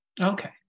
Okay